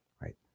right